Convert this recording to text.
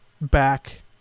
back